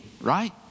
right